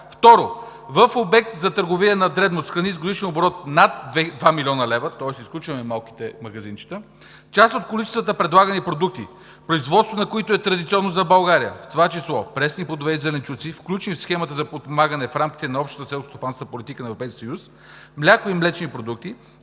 Второ, в обект за търговия на дребно с храни с годишен оборот над 2 млн. лв., тоест изключваме малките магазинчета, част от количествата предлагани продукти, производството на които е традиционно за България, в това число пресни плодове и зеленчуци, включени в схемата за подпомагане в рамките на Общата селскостопанска политика на Европейския съюз, мляко и млечни продукти,